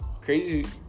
Crazy